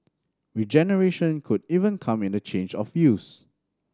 regeneration could even come in a change of use